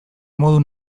modu